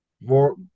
more